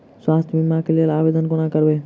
स्वास्थ्य बीमा कऽ लेल आवेदन कोना करबै?